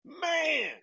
Man